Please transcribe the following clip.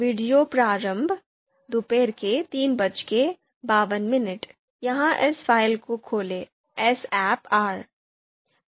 video प्रारंभ 1552 यहाँ इस फाइल को खोलें s ahpR